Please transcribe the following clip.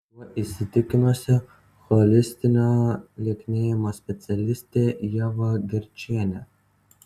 tuo įsitikinusi holistinio lieknėjimo specialistė ieva gerčienė